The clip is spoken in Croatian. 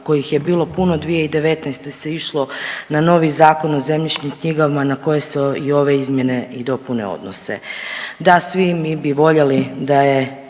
kojih je bilo puno 2019. se išlo na novi zakon o zemljišnim knjigama na koje se i ove izmjene i dopune odnose. Da svi mi bi voljeli da je